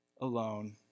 alone